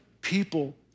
people